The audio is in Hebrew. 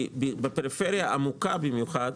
בפריפריה עמוקה במיוחד,